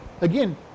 Again